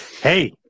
Hey